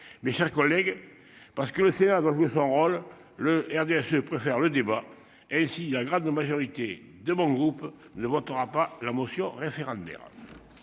mes chers collègues. Parce que le Sénat doit jouer son rôle, le RDS, je préfère le débat et si la grande majorité de mon groupe ne votera pas la motion référendaire.